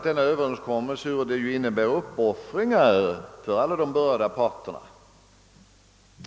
Detta innebär uppoffringar för alla de berörda parterna.